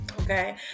okay